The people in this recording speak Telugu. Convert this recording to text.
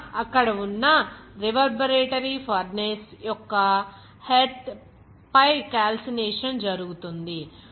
ఇలా అక్కడ ఉన్న రివర్బరేటరీ ఫర్నేస్ యొక్క హెర్త్ పై కాల్సినేషన్ జరుగుతుంది